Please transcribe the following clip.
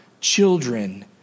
children